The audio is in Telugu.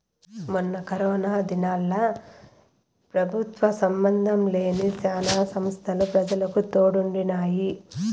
మొన్న కరోనా దినాల్ల పెబుత్వ సంబందం లేని శానా సంస్తలు పెజలకు తోడుండినాయి